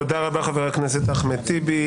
תודה רבה, חבר הכנסת אחמד טיבי.